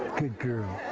good girl.